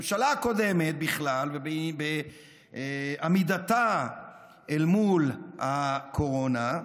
הממשלה הקודמת, בעמידתה אל מול הקורונה,